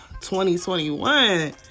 2021